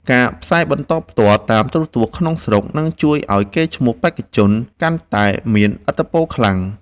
ការផ្សាយបន្តតាមទូរទស្សន៍ក្នុងស្រុកនឹងជួយឱ្យកេរ្តិ៍ឈ្មោះបេក្ខជនកាន់តែមានឥទ្ធិពលខ្លាំង។